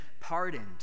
pardoned